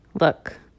Look